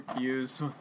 use